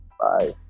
Bye